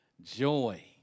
Joy